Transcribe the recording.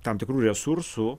tam tikrų resursų